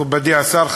מכובדי השר,